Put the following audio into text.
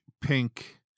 pink